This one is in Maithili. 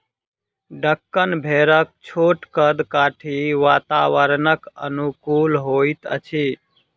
डेक्कन भेड़क छोट कद काठी वातावरणक अनुकूल होइत अछि